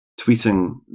tweeting